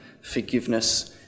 forgiveness